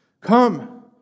Come